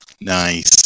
Nice